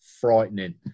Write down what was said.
frightening